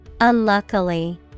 unluckily